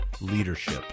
leadership